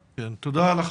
-- תודה.